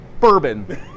bourbon